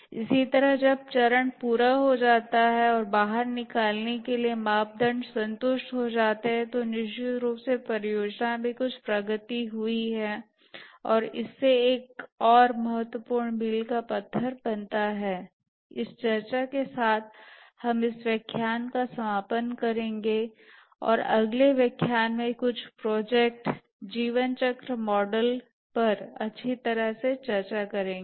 इसी तरह जब चरण पूरा हो जाता है और बाहर निकलने के मापदंड संतुष्ट हो जाते हैं तो निश्चित रूप से परियोजना में कुछ प्रगति हुई है और इससे एक और महत्वपूर्ण मील का पत्थर बनता है इस चर्चा के साथ हम इस व्याख्यान का समापन करेंगे और अगले व्याख्यान में कुछ प्रोजेक्ट जीवनचक्र मॉडल पर अच्छी तरह से चर्चा करेंगे